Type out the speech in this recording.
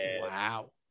Wow